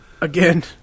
again